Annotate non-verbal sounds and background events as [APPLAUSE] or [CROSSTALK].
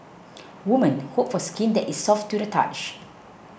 [NOISE] women hope for skin that is soft to the touch